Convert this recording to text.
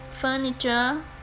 furniture